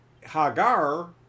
Hagar